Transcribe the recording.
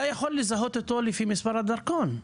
אתה יכול לזהות אותו לפי מספר הדרכון,